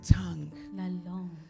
tongue